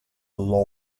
law